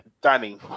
Danny